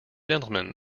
gentlemen